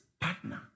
partner